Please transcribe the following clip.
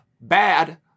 bad